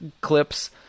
clips